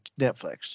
Netflix